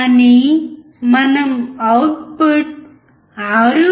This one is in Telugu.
కానీ మనం అవుట్పుట్ 6